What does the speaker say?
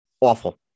awful